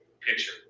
Picture